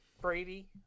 Brady